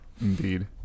Indeed